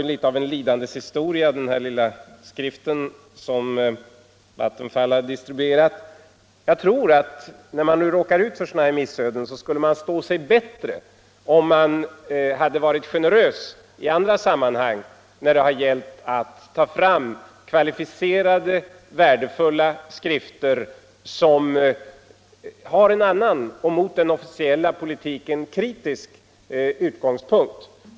Beträffande den lilla skriften som Vattenfall hade distribuerat var det ju litet av en lidandes historia. Jag tror att man skulle stå sig bättre när man råkar ut för sådana missöden, om man hade varit generös i andra sammanhang när det gällt att ta fram kvalificerade och värdefulla skrifter, som har en annan och mot den officiella politiken kritisk utgångspunkt.